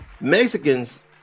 mexicans